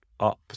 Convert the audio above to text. up